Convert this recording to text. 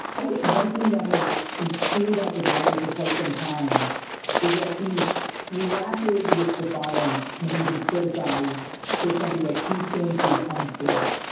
i think one thing that has been true about the blogger for quite some time is that he's reacted with defiance when he's been criticized for something that he thinks is unfair.